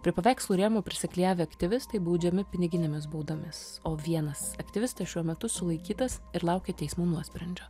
prie paveikslų rėmų prisiklijavę aktyvistai baudžiami piniginėmis baudomis o vienas aktyvistas šiuo metu sulaikytas ir laukia teismo nuosprendžio